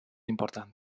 important